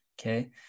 Okay